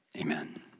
Amen